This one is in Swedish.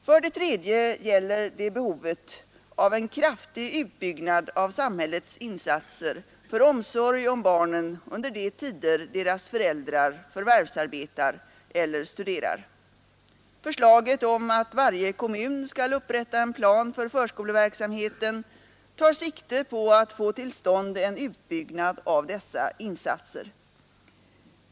För det tredje gäller det behovet av en kraftig utbyggnad av samhällets insatser för omsorg om barnen under de tider deras föräldrar förvärvsarbetar eller studerar. Förslaget om att varje kommun skall upprätta en plan för förskoleverksamheten tar sikte på att få till stånd en utbyggnad av dessa insatser.